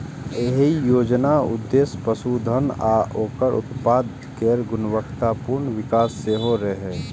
एहि योजनाक उद्देश्य पशुधन आ ओकर उत्पाद केर गुणवत्तापूर्ण विकास सेहो रहै